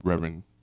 Reverend